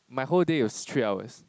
my whole day was three hours